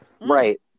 Right